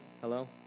Hello